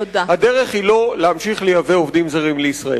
הדרך היא לא להמשיך לייבא עובדים זרים לישראל.